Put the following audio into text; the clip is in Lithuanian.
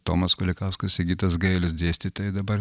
tomas kulikauskas sigitas gailius dėstytojai dabar